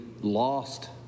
lost